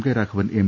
K Raghavan M